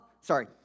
Sorry